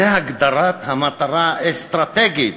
זו הגדרת המטרה האסטרטגית